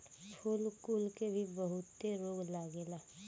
फूल कुल के भी बहुते रोग लागेला